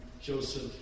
Joseph